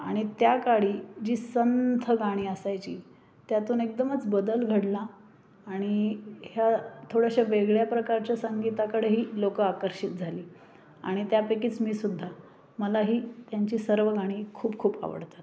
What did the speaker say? आणि त्या काळी जी संथ गाणी असायची त्यातून एकदमच बदल घडला आणि ह्या थोड्याश्या वेगळ्या प्रकारच्या संगीताकडेही लोक आकर्षित झाली आणि त्यापैकीच मीसुद्धा मलाही त्यांची सर्व गाणी खूप खूप आवडतात